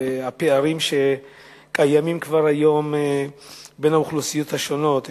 והפערים שקיימים כבר היום בין האוכלוסיות השונות,